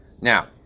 Now